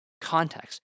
context